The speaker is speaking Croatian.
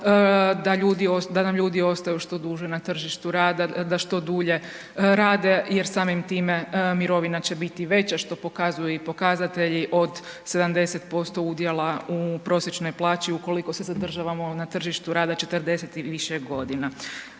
da nam ljudi ostaju što duže na tržištu rada, da što dulje rade jer samim time, mirovina će biti veća, što pokazuju i pokazatelji od 70% udjela u prosječnoj plaću, ukoliko se zadržavamo na tržištu rada 40 i više godina.